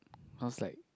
cause like